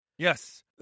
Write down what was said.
Yes